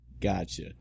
Gotcha